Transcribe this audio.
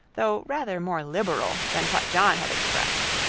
though rather more liberal than what john had expressed.